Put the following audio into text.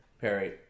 Perry